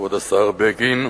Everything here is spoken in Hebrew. כבוד השר בגין,